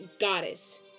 goddess